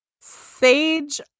sage